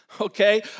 okay